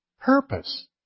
Purpose